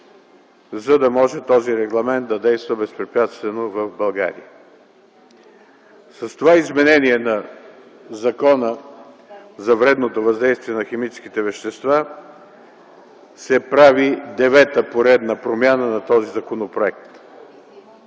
за да може този регламент да действа безпрепятствено в България. С това изменение в Закона за вредното въздействие на химическите вещества се прави девета поредна промяна на този законопроект.